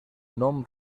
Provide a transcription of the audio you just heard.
nom